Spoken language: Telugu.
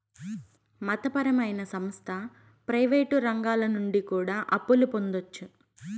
మత పరమైన సంస్థ ప్రయివేటు రంగాల నుండి కూడా అప్పులు పొందొచ్చు